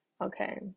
Okay